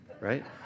right